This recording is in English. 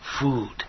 food